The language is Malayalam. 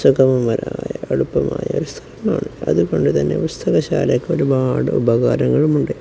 സുഗമമായ എളുപ്പമായ ഒരു സ്ഥലമാണ് അതുകൊണ്ടുതന്നെ പുസ്തകശാലയ്ക്ക് ഒരുപാട് ഉപകാരങ്ങളുമുണ്ട്